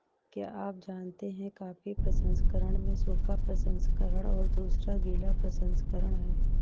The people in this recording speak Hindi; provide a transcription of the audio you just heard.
क्या आप जानते है कॉफ़ी प्रसंस्करण में सूखा प्रसंस्करण और दूसरा गीला प्रसंस्करण है?